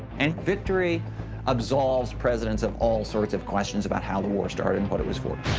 and victory absolves presidents of all sorts of questions about how the war started and what it was for.